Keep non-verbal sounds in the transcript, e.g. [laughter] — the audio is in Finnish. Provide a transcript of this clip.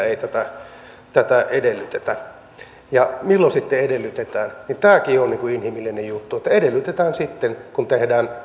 [unintelligible] ei tätä tätä edellytetä milloin sitten edellytetään niin tämäkin on inhimillinen juttu että edellytetään sitten kun tehdään